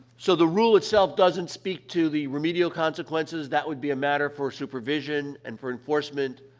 so, the rule itself doesn't speak to the remedial consequences. that would be a matter for supervision and for enforcement.